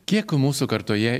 kiek mūsų kartoje